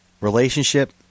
Relationship